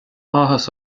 áthas